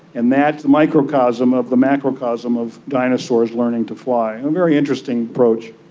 and that microcosm of the macrocosm of dinosaurs learning to fly, a very interesting approach.